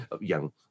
young